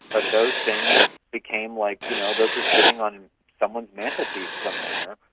but those things became. like you know those are sitting on someone's mantelpiece somewhere,